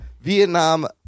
Vietnam